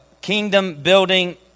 kingdom-building